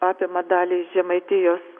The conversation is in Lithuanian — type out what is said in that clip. apima dalį žemaitijos